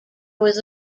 was